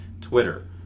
Twitter